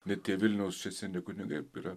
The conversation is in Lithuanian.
net tie vilniaus seni kunigai yra